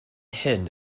hyn